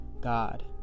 God